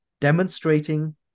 demonstrating